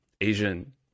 Asian